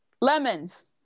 Lemons